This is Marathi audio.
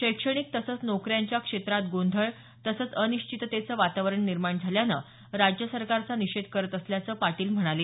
शैक्षणिक तसंच नोकऱ्यांच्या क्षेत्रात गोंधळ तसंच अनिश्चिततेचं वातावरण निर्माण झाल्यानं राज्य सरकारचा निषेध करत असल्याचं पाटील म्हणाले